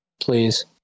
Please